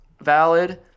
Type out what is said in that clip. valid